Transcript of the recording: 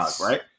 right